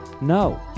no